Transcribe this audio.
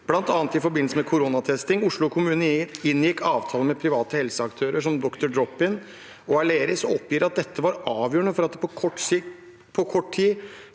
blant annet koronatesting. Oslo kommune inngikk avtaler med private helseaktører som Dr. Dropin og Aleris, og oppgir at dette var avgjørende for at det på kort tid